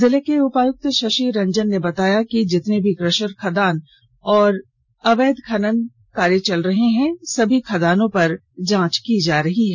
जिले के उपायुक्त शशि रंजन ने बताया कि जिले में जितने भी क्रेशर खदान और अवैध खनन कार्य चल रहे हैं सभी खदानों पर जांच जारी है